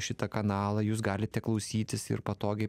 šitą kanalą jūs galite klausytis ir patogiai